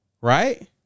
right